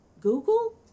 Google